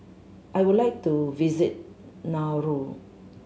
I would like to visit Nauru